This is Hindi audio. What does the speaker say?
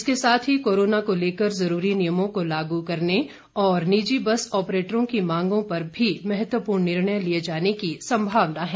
इसके साथ ही कोरोना को लेकर जरूरी नियमों को लागू करने और निजी बस आप्रेटरों की मांगों पर भी महत्वपूर्ण निर्णय लिये जाने की सम्भावना है